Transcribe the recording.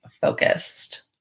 focused